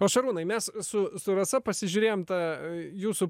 o šarūnai mes su su rasa pasižiūrėjom tą jūsų